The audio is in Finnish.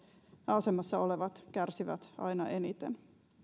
asemassa olevat kärsivät aina eniten